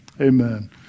amen